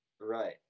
right